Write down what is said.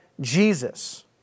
Jesus